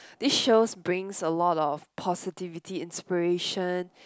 this shows brings a lot of positivity inspiration